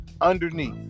underneath